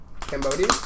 Cambodia